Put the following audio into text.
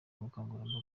ubukangurambaga